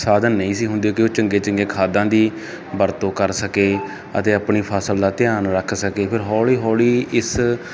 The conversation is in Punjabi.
ਸਾਧਨ ਨਈਂ ਸੀ ਹੁੰਦੇ ਕੀ ਉਹ ਚੰਗੀਆ ਚੰਗੀਆ ਖਾਦਾਂ ਦੀ ਵਰਤੋਂ ਕਰ ਸਕੇ ਅਤੇ ਆਪਣੀ ਫਸਲ ਦਾ ਧਿਆਨ ਰੱਖ ਸਕੇ ਫੇਰ ਹੌਲੀ ਹੌਲੀ ਇਸ